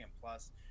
plus